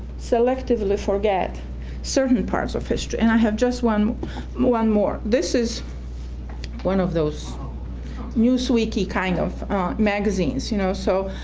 selectively forget certain parts of history, and i have just one more. and this is one of those news weekly kind of magazines, you know, so